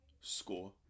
Score